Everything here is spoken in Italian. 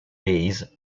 base